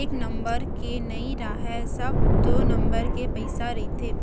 एक नंबर के नइ राहय सब दू नंबर के पइसा रहिथे